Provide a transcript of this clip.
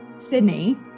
Sydney